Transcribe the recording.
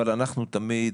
אבל אנחנו תמיד,